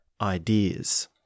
ideas